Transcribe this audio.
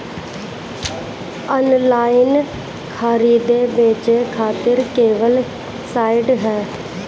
Online खरीदे बेचे खातिर कवन साइड ह?